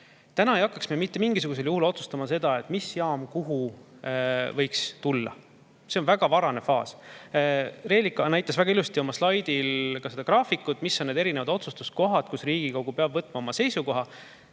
ei hakkaks me mitte mingisugusel juhul otsustama seda, mis jaam kuhu võiks tulla. See on väga varane faas. Reelika näitas väga ilusti oma slaidil graafikut selle kohta, mis on need erinevad otsustuskohad, kus Riigikogu peab võtma seisukoha.